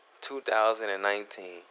2019